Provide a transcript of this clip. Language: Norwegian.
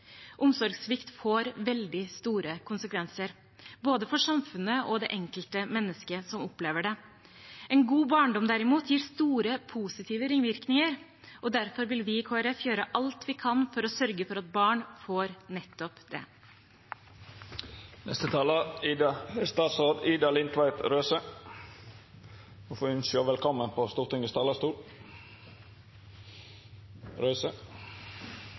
omsorgssvikt får veldig store konsekvenser for både samfunnet og det enkelte mennesket som opplever det. En god barndom har derimot store positive ringvirkninger, og derfor vil vi i Kristelig Folkeparti gjøre alt vi kan for å sørge for at barn får nettopp det. Neste talar er statsråd Ida Lindtveit Røse, og me får ynskje ho velkomen på Stortingets